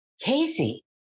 Casey